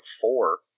four